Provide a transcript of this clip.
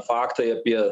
faktai apie